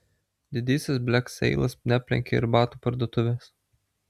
didysis blekseilas neaplenkė ir batų parduotuvės